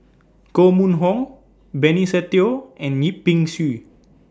Koh Mun Hong Benny Se Teo and Yip Pin Xiu